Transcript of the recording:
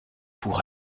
pour